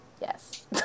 yes